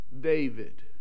david